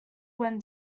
when